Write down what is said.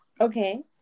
okay